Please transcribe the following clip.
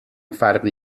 فرقی